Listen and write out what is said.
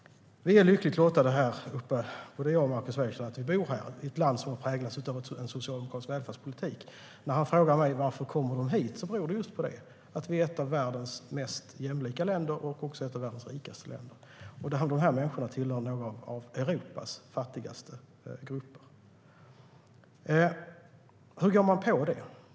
Både jag och Markus Wiechel är lyckligt lottade som bor i ett land som präglas av socialdemokratisk välfärdspolitik. När han frågar mig varför de kommer hit är svaret att vi är ett av världens mest jämlika och rika länder. Dessa människor tillhör en av Europas fattigaste grupper. Hur angriper man detta?